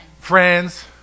friends